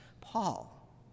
Paul